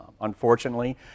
unfortunately